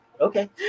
Okay